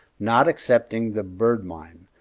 not excepting the bird mine,